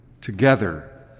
together